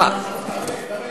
הצעה שלי ושל כבל.